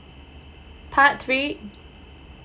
part three